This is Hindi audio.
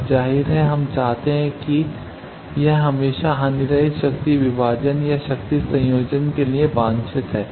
अब जाहिर है हम चाहते हैं कि यह हमेशा हानिरहित शक्ति विभाजन या शक्ति संयोजन के लिए वांछित है